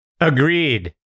Agreed